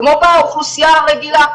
כמו באוכלוסייה הרגילה,